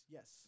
Yes